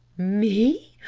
me?